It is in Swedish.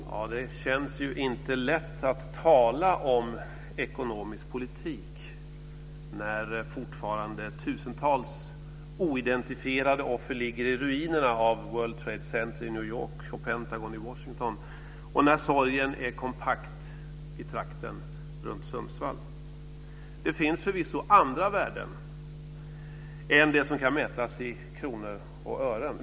Fru talman! Det känns inte lätt att tala om ekonomisk politik när fortfarande tusentals oidentifierade offer ligger i ruinerna av World Trade Center i New York och Pentagon i Washington och när sorgen är kompakt i trakten runt Sundsvall. Det finns förvisso andra värden än de som kan mätas i kronor och ören.